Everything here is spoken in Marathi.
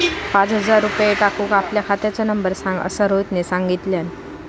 पाच हजार रुपये टाकूक आपल्या खात्याचो नंबर सांग असा रोहितने सांगितल्यान